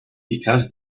because